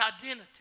identity